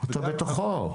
אתה בתוכו.